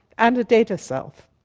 and a data self.